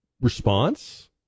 Response